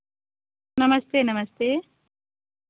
नमस्ते नमस्ते